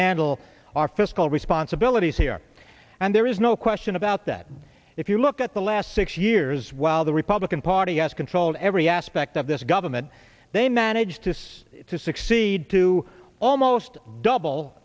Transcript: handle our fiscal responsibility here and there is no question about that if you look at the last six years while the republican party has controlled every aspect of this government they manage this to succeed to almost double